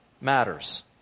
matters